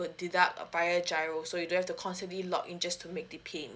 deduct via a giro so you don't have to constantly log in just to make the payment